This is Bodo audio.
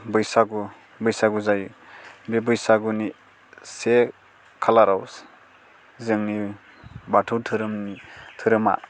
बैसागु बैसागु जायो बे बैसागुनि से खालाराव जोंनि बाथौ धोरोमनि धोरोमा